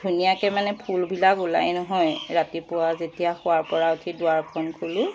ধুনীয়াকৈ মানে ফুলবিলাক ওলায় নহয় ৰাতিপুৱা যেতিয়া শোৱাৰ পৰা উঠি দুৱাৰখন খুলোঁ